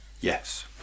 Yes